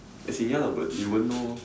as in ya lah but you won't know